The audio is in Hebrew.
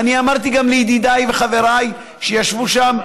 ואני אמרתי גם לידידיי וחבריי מהמשותפת שישבו שם,